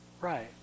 Right